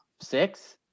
six